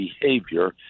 behavior